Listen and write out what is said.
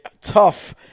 tough